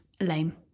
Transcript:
lame